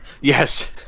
Yes